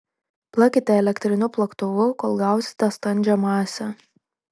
plakite elektriniu plaktuvu kol gausite standžią masę